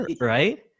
right